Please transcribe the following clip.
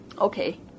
Okay